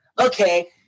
Okay